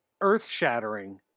earth-shattering